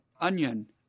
onion